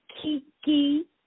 Kiki